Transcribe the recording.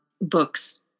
books